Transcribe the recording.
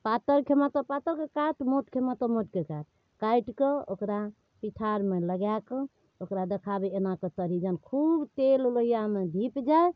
पातर खेमै तऽ पातरके काट आओर मोट खेमै तऽ मोटके काट काटिकऽ ओकरा पिठारमे लगाकऽ ओकरा देखाबही एनाकऽ तरही जहन खूब तेल लोहिआमे धिप जाइ